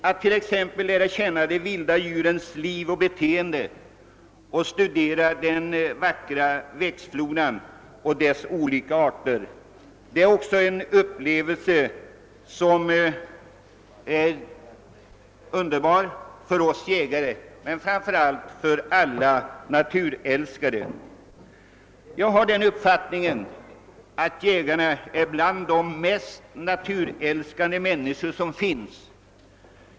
Att t.ex. lära känna de vilda djurens liv och beteende och studera den vackra växtfloran och dess olika arter är också en upplevelse, som är underbar för oss jägare men framför allt för alla naturälskare. Jag hyser den uppfattningen att jägarna är bland de mest naturälskande människor som finns.